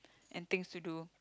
and things to do